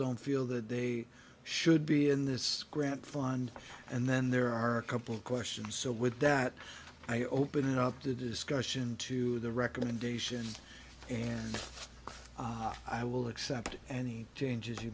don't feel that they should be in this grant fund and then there are a couple questions so with that i open up the discussion to the recommendations and i will accept any changes you